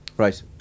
Right